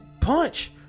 punch